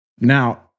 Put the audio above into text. Now